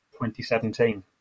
2017